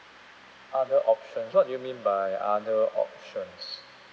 other options what do you mean by other options